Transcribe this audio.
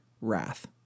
wrath